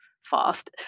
fast